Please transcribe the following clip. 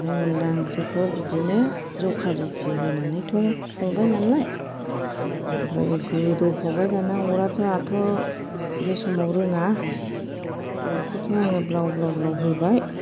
ओमफ्राय अनला ओंख्रिखौ बिदिनो जखा जखि होनानैथ' संबाय नालाय ओमफ्राय गोदौफावबाय दाना अराथ' आंहाथ' बे समाव रोङा अरखौथ' आङो ब्लाव ब्लाव ब्लाव होबाय